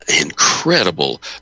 incredible